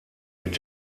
mit